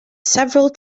several